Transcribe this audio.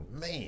Man